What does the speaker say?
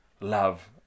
love